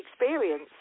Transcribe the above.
experience